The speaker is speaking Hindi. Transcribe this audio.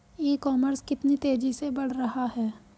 ई कॉमर्स कितनी तेजी से बढ़ रहा है?